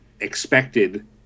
expected